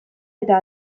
eta